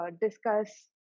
discuss